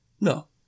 no